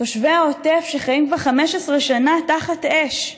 תושבי העוטף חיים כבר 15 שנה תחת אש,